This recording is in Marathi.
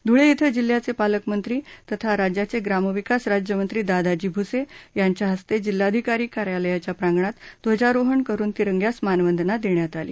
ध्रळे इथं जिल्ह्याचे पालकमंत्री तथा राज्याचे ग्रामविकास राज्यमंत्री दादाजी भूसे यांच्या हस्ते जिल्हाधिकारी कार्यालयाच्या प्रागंणात ध्वजारोहण करुन तिरंग्यास मानवंदना देण्यात आली